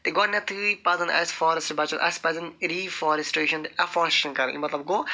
گۄڈنٮ۪تھٕے پَزَن اَسہِ فارٮ۪سٹ بچا اَسہِ پَزَن ریٖفاریٚسٹریشَن ایٚفاریٚسٹرٛیشَن کَرٕنۍ اَمہِ مَطلَب گوٚو